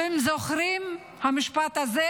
אתם זוכרים את המשפט הזה: